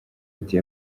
ati